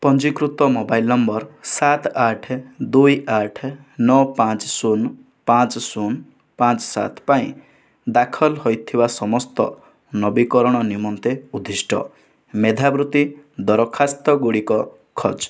ପଞ୍ଜୀକୃତ mobile number ସାତ ଆଠ ଦୁଇ ଆଠ ନଅ ପାଞ୍ଚ ଶୂନ ପାଞ୍ଚ ଶୂନ ପାଞ୍ଚ ସାତ ପାଇଁ ଦାଖଲ ହୋଇଥିବା ସମସ୍ତ ନବୀକରଣ ନିମନ୍ତେ ଉଦ୍ଦିଷ୍ଟ ମେଧାବୃତ୍ତି ଦରଖାସ୍ତ ଗୁଡ଼ିକ ଖୋଜ